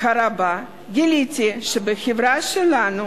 הרבה גיליתי שבחברה שלנו,